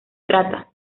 trata